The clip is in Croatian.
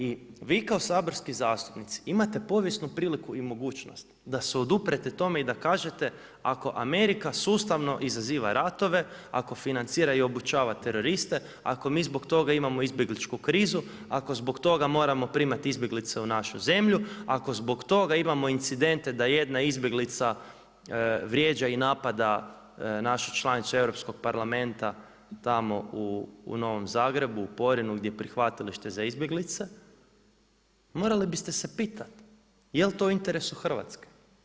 I vi kao saborski zastupnici imate povijesnu priliku i mogućnost da se oduprete tome i da kažete ako Amerika sustavno izaziva ratove, ako financira i obučava teroriste, ako mi zbog toga imamo izbjegličku krizu, ako zbog toga moramo primati izbjeglice u našu zemlju, ako zbog toga imamo incidente da jedna izbjeglica vrijeđa i napada našu članicu Europskog parlamenta tamo u Novom Zagrebu u Porinu gdje je prihvatilište za izbjeglice morali biste se pitati jel to u interesu Hrvatske.